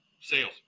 sales